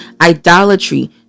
idolatry